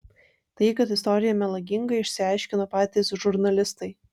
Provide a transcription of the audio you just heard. tai kad istorija melaginga išsiaiškino patys žurnalistai